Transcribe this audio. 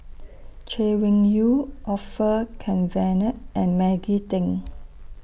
Chay Weng Yew Orfeur Cavenagh and Maggie Teng